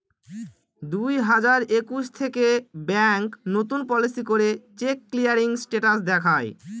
দুই হাজার একুশ থেকে ব্যাঙ্ক নতুন পলিসি করে চেক ক্লিয়ারিং স্টেটাস দেখায়